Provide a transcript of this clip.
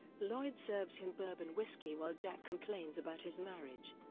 lloyd serves him bourbon whiskey while jack complains about his marriage.